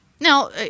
Now